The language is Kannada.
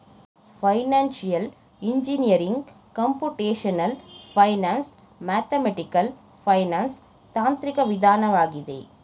financial engineering computational finance, mathematical finance ತಾಂತ್ರಿಕ ವಿಧಾನವಾಗಿದೆ